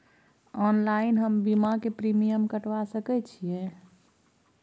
Online हम बीमा के प्रीमियम कटवा सके छिए?